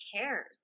cares